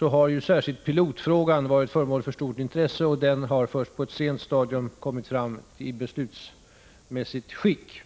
har särskilt pilotfrågan varit föremål för stort intresse. Underlaget för den har först på ett sent stadium kommit fram i beslutsmässigt skick.